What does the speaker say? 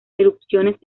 erupciones